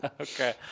Okay